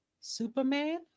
Superman